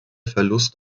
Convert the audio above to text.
verlust